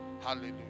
Hallelujah